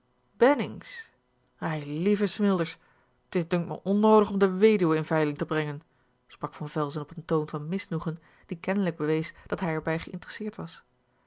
bennings eilieve smilders t is dunkt me onnoodig om de weduwen in veiling te brengen sprak van velzen op een toon van misnoegen die kennelijk bewees dat hij er bij geïnteresseerd was